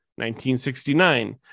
1969